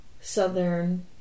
southern